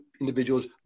individuals